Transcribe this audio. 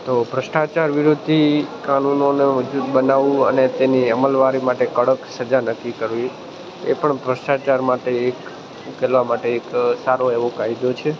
તો ભ્રષ્ટાચાર વિરોધી કાનૂનોને મજબૂત બનાવવું અને તેની અમલવારી માટે કડક સજા નક્કી કરવી એ પણ ભ્રષ્ટાચાર માટે એક ઉકેલવા માટે એક સારો એવો કાયદો છે